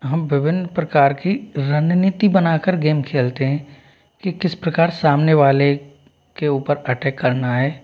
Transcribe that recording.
हम विभिन्न प्रकार की रणनीति बना कर गेम खेलते हैं कि किस प्रकार सामने वाले के ऊपर अटैक करना हैं